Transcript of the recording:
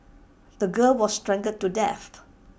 the girl was strangled to death